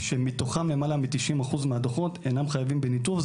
כשמתוכם למעלה מ-90% מהדוחות אינם חייבים בניתוב.